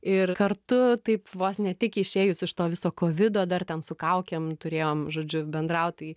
ir kartu taip vos ne tik išėjus iš to viso kovido dar ten su kaukėm turėjom žodžiu bendraut tai